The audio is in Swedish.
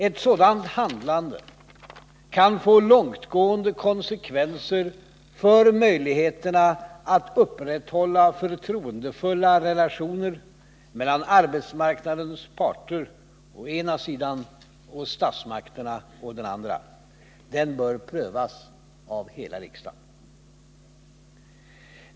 Ett sådant handlande kan få långtgående konsekvenser för möjligheterna att upprätthålla förtroendefulla relationer mellan arbetsmarknadens parter å den ena sidan och statsmakterna å den andra. Det bör prövas av hela riksdagen.